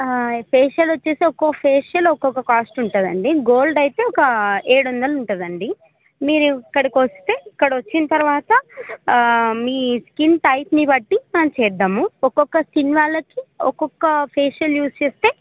facial వచ్చేసి ఒక్కొక్క facial ఒక్కొక్క కాస్ట్ ఉంటుందండి గోల్డ్ అయితే ఒక ఏడు వందలు ఉంటుందండి మీరు ఇక్కడికి వస్తే ఇక్కడ వచ్చిన తర్వాత మీ స్కిన్ టైప్ని బట్టి మనం చేద్దాము ఒక్కొక్క స్కిన్ వాళ్ళకి ఒక్కొక్క ఫేషియల్ యూజ్ చేస్తే